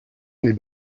n’est